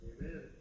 Amen